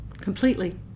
completely